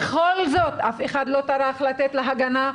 בכל זאת אף אחד לא טרח לתת לה הגנה,